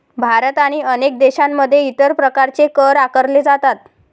भारत आणि अनेक देशांमध्ये इतर प्रकारचे कर आकारले जातात